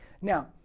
Now